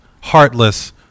heartless